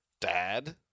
Dad